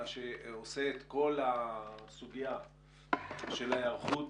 מה שעושה את כל הסוגיה של ההיערכות